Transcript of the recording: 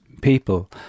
people